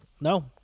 No